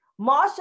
Marsha